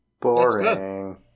Boring